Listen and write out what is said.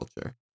culture